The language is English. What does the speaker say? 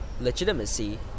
legitimacy